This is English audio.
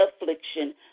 affliction